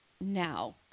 now